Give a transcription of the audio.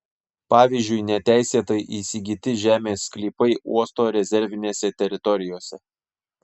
pavyzdžiui neteisėtai įsigyti žemės sklypai uosto rezervinėse teritorijose